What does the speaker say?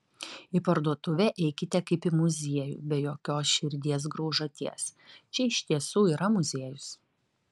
į parduotuvę eikite kaip į muziejų be jokios širdies graužaties čia iš tiesų yra muziejus